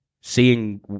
seeing